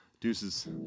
Deuces